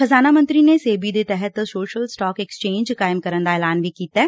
ਖਜ਼ਾਨਾ ਮੰਤਰੀ ਨੇ ਸੇਬੀ ਦੇ ਤਹਿਤ ਸੋਸ਼ਲ ਸਟਾਕ ਐਕਸਚੇਜ਼ ਕਾਇਮ ਕਰਨ ਦਾ ਐਲਾਨ ਵੀ ਕੀਤੈ